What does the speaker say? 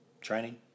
Training